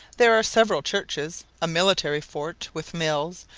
there are several churches, a military fort, with mills,